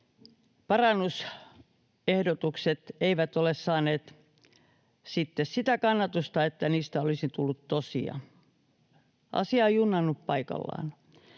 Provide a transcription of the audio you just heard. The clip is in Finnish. parannusehdotukset eivät ole saaneet sitten sitä kannatusta, että niistä olisi tullut tosia. Asia on junnannut paikallaan.